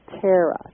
Tara